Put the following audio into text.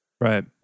Right